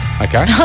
Okay